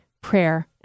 prayer